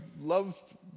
love